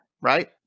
right